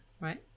Right